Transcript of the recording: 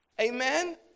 Amen